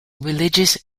religious